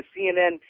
CNN